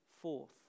forth